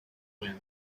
wind